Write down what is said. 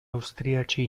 austriaci